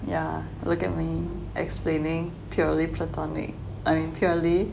yeah look at me explaining purely platonic I mean purely